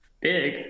big